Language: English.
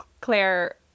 Claire